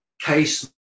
case